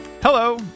Hello